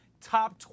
top